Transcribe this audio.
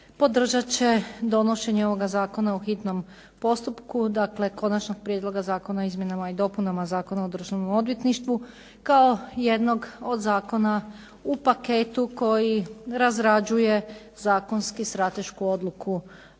podržat će donošenje ovoga zakona u hitnom postupku, dakle Konačnog prijedloga Zakona o izmjenama i dopunama Zakona o Državnom odvjetništvu, kao jednog od zakona u paketu koji razrađuje zakonski stratešku odluku Vlade